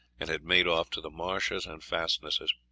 and had made off to the marshes and fastnesses.